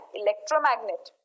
electromagnet